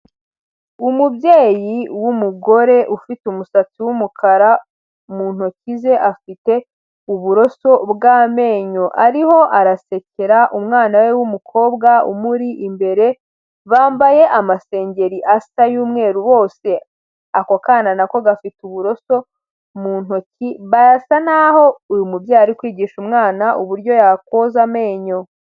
Umubyeyi w'umugore ufite umusatsi w'umukara mu ntoki ze afite uburoso bw'amenyo ariho arasekera umwana we w'umukobwa umuri imbere, bambaye amasengeri y'umweru bose. Ako kana na ko gafite uburoso mu ntoki barasa naho uyu mubyeyi arikwigisha umwana uburyo yakoza amenyo.